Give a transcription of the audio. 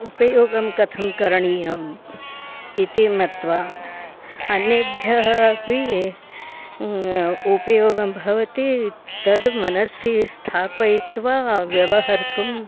उपयोगं कथं करणीयम् इति मत्वा अन्येभ्यः अपि उपयोगं भवति तद् मनसि स्थापयित्वा व्यवहर्तुम्